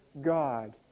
God